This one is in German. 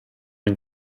den